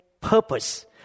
purpose